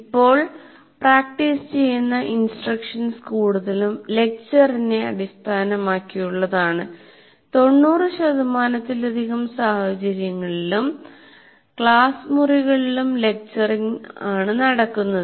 ഇപ്പോൾ പ്രാക്ടീസ് ചെയ്യുന്ന ഇൻസ്ട്രക്ഷൻസ് കൂടുതലും ലെക്ച്ചറിനെ അടിസ്ഥാനമാക്കിയുള്ളതാണ് 90 ശതമാനത്തിലധികം സാഹചര്യങ്ങളിലും ക്ലാസ് മുറികളിലും ലെക്ച്ചറിംഗ് നടക്കുന്നത്